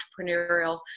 entrepreneurial